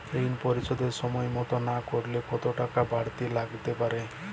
ঋন পরিশোধ সময় মতো না করলে কতো টাকা বারতি লাগতে পারে?